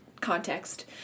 context